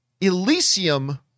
Elysium